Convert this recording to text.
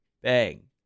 bang